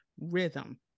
rhythm